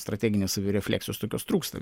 strateginės savirefleksijos tokios trūksta